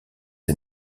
est